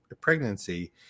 pregnancy